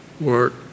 work